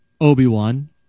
Obi-Wan